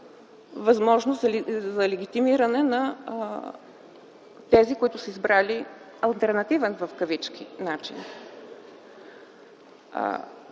възможност за легитимиране на тези, които са избрали „алтернативен” начин?